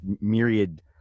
myriad